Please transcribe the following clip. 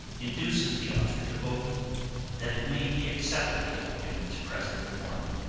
induces the author to hope that it may be acceptable in its present form.